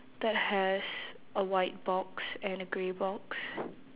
that has a white box and a grey box